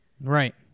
Right